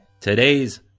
today's